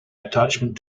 attachment